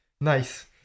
Nice